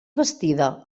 bastida